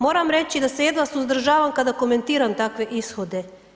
Moram reći da se jedva suzdržavam kada komentiram takve ishode.